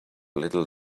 little